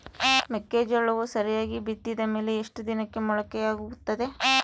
ಮೆಕ್ಕೆಜೋಳವು ಸರಿಯಾಗಿ ಬಿತ್ತಿದ ಮೇಲೆ ಎಷ್ಟು ದಿನಕ್ಕೆ ಮೊಳಕೆಯಾಗುತ್ತೆ?